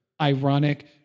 ironic